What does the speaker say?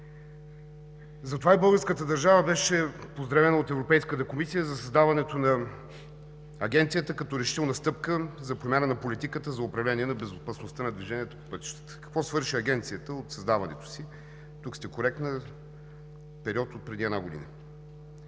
Затова и българската държава беше поздравена от Европейската комисия за създаването на Агенцията като решителна стъпка за промяна на политиката за управление на безопасността на движението по пътищата. Какво свърши Агенцията от създаването си – тук сте коректна – в период отпреди една година?